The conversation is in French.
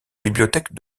bibliothèque